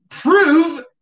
prove